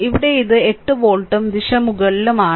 ഇവിടെ ഇത് 8 വോൾട്ടും ദിശ മുകളിലുമാണ്